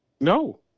No